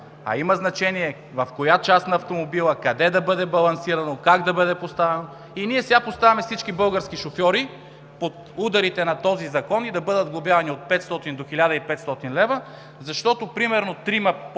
а има значение в коя част на автомобила, къде да бъде балансиран, как да бъде поставен. Сега поставяме всички български шофьори под ударите на този Закон – да бъдат глобявани от 500 до 1500 лв., защото примерно трима по-пълни